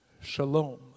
Shalom